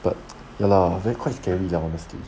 but ya lah very quite scary lah honestly